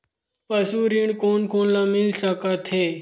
पशु ऋण कोन कोन ल मिल सकथे?